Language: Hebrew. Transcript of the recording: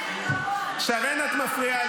שרן, את מפריעה לי.